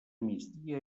migdia